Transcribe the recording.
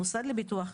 המוסד לביטוח לאומי,